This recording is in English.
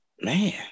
Man